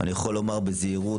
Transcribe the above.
אני יכול לומר בזהירות,